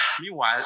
Meanwhile